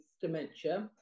dementia